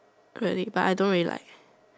credit but I don't really like